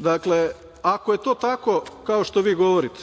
dobacujete. Ako je to tako kao što vi govorite,